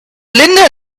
linda